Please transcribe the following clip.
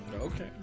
Okay